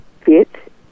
Fit